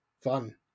fun